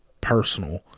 personal